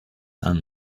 and